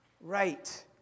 right